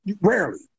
rarely